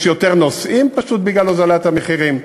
ויש יותר נוסעים, פשוט בגלל הורדת המחירים.